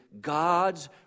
God's